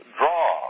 draw